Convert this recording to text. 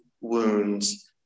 wounds